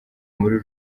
muri